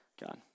God